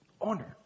honor